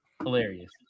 Hilarious